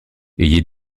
ayez